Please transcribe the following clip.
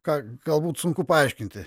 ką galbūt sunku paaiškinti